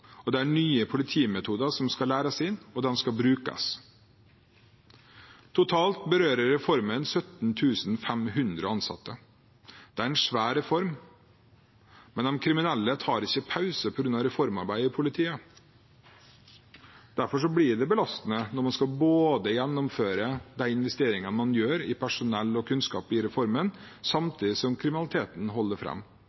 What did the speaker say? nye politimetoder skal læres, og de skal brukes. Totalt berører reformen 17 500 ansatte. Det er en svær reform, men de kriminelle tar ikke pause på grunn av reformarbeid i politiet. Derfor blir det belastende når man skal gjennomføre de investeringene man gjør i personell og kunnskap,